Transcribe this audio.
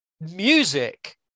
Music